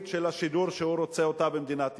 של השידור שהוא רוצה במדינת ישראל,